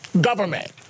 government